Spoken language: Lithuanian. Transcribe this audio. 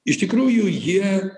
iš tikrųjų jie